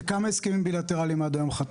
ועל כמה הסכמים בילטרליים חתמנו עד היום?